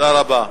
תודה רבה.